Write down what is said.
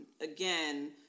Again